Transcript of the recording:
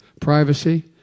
privacy